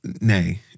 Nay